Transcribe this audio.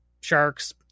Sharks